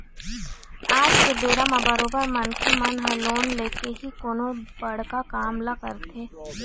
आज के बेरा म बरोबर मनखे मन ह लोन लेके ही कोनो बड़का काम ल करथे